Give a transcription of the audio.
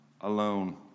alone